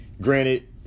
Granted